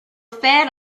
fed